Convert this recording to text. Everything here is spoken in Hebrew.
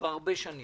כבר הרבה שנים,